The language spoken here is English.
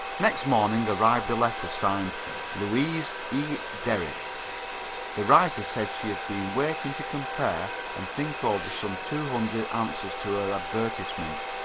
next morning arrived a letter, signed louise e. derrick the writer said she had been waiting to compare and think over some two hundred answers to her advertisement.